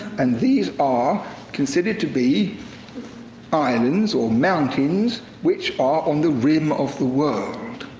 and these are considered to be islands or mountains which are on the rim of the world.